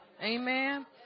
Amen